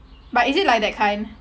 but is it like that kind